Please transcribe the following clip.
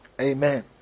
amen